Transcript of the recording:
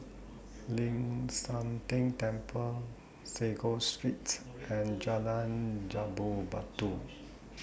Ling San Teng Temple Sago Street and Jalan Jambu Batu